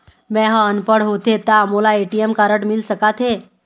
मैं ह अनपढ़ होथे ता मोला ए.टी.एम कारड मिल सका थे?